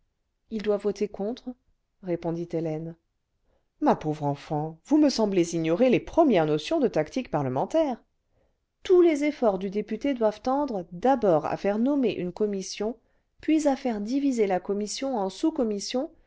il doit voter contre répondit hélène ma pauvre enfant vous me semblez ignorer les premières notions de tactique parlementaire tous les efforts du député doivent tendre d'abord à faire nommer une commission puis à faire diviser la commission en